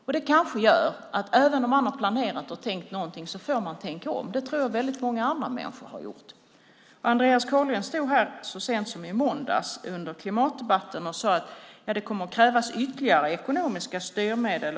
Och det kanske gör att man, även om man har planerat och tänkt någonting, får tänka om. Det tror jag att väldigt många andra människor har gjort. Andreas Carlgren stod här så sent som i måndags under klimatdebatten och sade att det kommer att krävas ytterligare ekonomiska styrmedel.